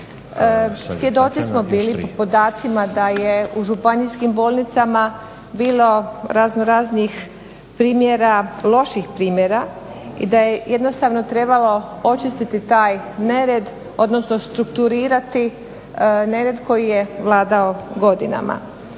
Svjedoci smo bili po podacima da je u županijskim bolnicama bilo raznoraznih primjera, loših primjera i da je jednostavno trebalo očistiti taj nered, odnosno strukturirati nered koji je vladao godinama.